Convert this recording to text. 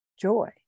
joy